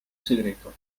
segreto